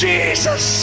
Jesus